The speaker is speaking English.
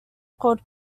called